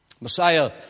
Messiah